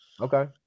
Okay